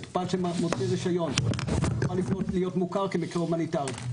מטופל שמוציא רישיון יוכל להיות מוכר כמקרה הומניטארי,